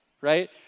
right